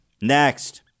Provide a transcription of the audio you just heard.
Next